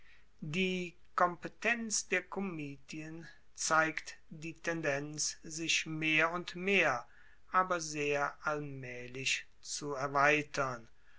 die kompetenz der komitien zeigt die tendenz sich mehr und mehr aber sehr allmaehlich zu erweitern